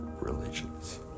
religions